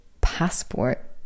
passport